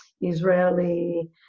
Israeli